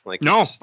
No